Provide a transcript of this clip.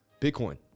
Bitcoin